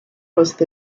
was